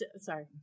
sorry